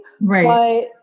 right